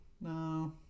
No